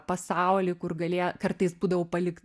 pasaulį kur galėjo kartais būdavau palik